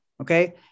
Okay